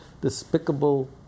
despicable